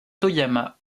toyama